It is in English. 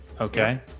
Okay